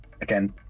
again